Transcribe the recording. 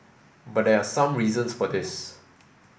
but there are some reasons for this